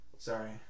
sorry